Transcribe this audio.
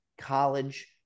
college